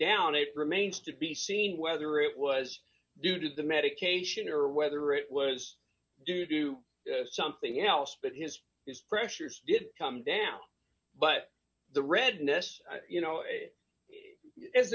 down it remains to be seen whether it was due to the medication or whether it was due to something else but his pressures did come down but the redness you know i